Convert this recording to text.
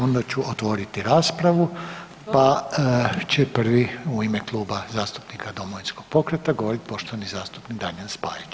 Onda ću otvoriti raspravu pa će prvi u ime Kluba zastupnika Domovinskog pokreta govoriti poštovani zastupnik Daniel Spajić.